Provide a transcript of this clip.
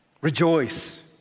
rejoice